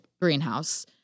Greenhouse